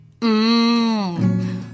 Mmm